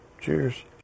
Cheers